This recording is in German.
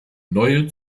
neue